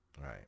Right